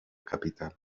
capital